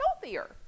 healthier